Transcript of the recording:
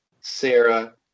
Sarah